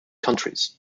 counties